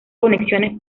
conexiones